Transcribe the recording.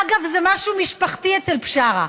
אגב, זה משהו משפחתי אצל בשארה.